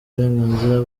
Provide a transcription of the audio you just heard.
uburenganzira